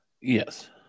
Yes